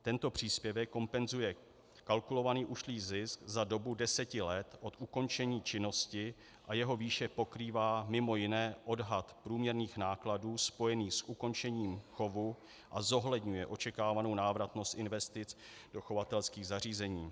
Tento příspěvek kompenzuje kalkulovaný ušlý zisk za dobu deseti let od ukončení činnosti a jeho výše pokrývá mj. odhad průměrných nákladů spojených s ukončením chovu a zohledňuje očekávanou návratnost investic do chovatelských zařízení.